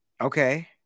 Okay